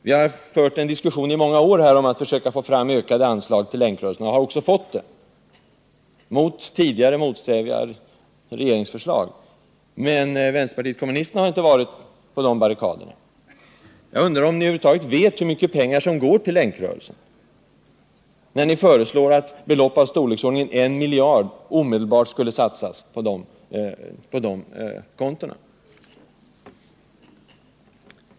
Vi har fört en diskussion i många år om att få fram ökade anslag till Länkrörelsen och har också fått det mot tidigare motsträviga regeringsförslag. Men vänsterpartiet kommunisterna har då inte stått på barrikaderna. Jag undrar om ni över huvud taget vet hur mycket pengar som går till Länkrörelsen, när ni föreslår att belopp i storleksordningen en miljard omedelbart skulle satsas på de kontona.